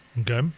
Okay